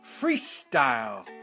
Freestyle